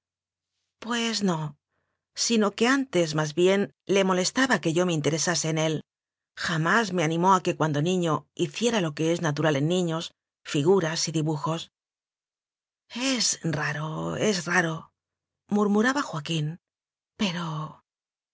pues no sino que antes más bien le mo lestaba que yo me interesase en él jamás me animó a que cuando niño hiciera lo que es natural en niños figuras y dibujos es raro es raro murmuraba joa quín pero